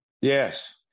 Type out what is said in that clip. Yes